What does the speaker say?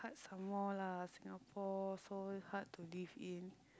some more lah Singapore so hard to live in